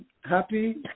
happy